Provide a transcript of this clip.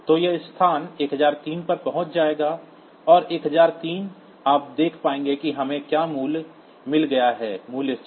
तो यह स्थान 1003 तक पहुंच जाएगा और 1003 आप देख पाएंगे कि हमें क्या मिल गया है मूल्य चार